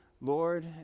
Lord